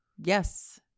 Yes